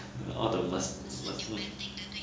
all the muscles